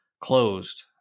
closed